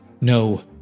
No